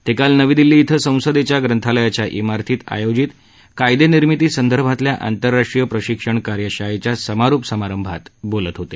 ते काल नवी दिल्ली इथं संसदेच्या ग्रंथालयाच्या इमारतीत आयोजित कायदेनिर्मिती संदर्भातल्या आंतरराष्ट्रीय प्रशिक्षण कार्यशाळेच्या समारोप समारंभात बोलत होते